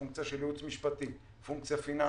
פונקציה של ייעוץ משפטי, פונקציה פיננסית,